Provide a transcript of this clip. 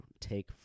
take